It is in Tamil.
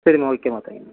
சரிம்மா ஓகேம்மா தேங்க்யூ